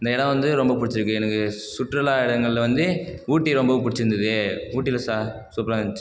இந்த இடம் வந்து ரொம்ப பிடிச்சிருக்கு எனக்கு சுற்றுலா இடங்கள்ல வந்து ஊட்டி ரொம்ப பிடிச்சிருந்தது ஊட்டியில் சா சூப்பராக இருந்துச்சி